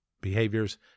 Behaviors